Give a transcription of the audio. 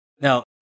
now